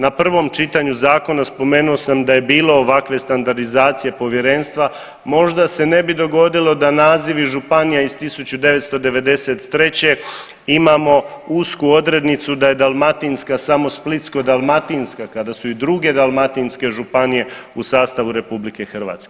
Na prvom čitanju zakona spomenuo sam da je bilo ovakve standardizacije povjerenstva možda se ne bi dogodilo da nazivi županija iz 1993. imamo usku odrednicu da je dalmatinska, samo Splitsko-dalmatinska kada su i druge dalmatinske županije u sastavu RH.